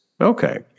Okay